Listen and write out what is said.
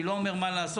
אני לא אומר מה לעשות,